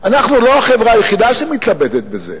אנחנו לא החברה היחידה שמתלבטת בזה,